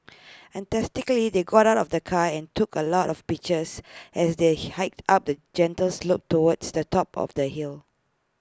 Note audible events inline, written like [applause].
enthusiastically they got out of the car and took A lot of pictures as they [noise] hiked up A gentle slope towards the top of the hill